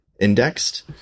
indexed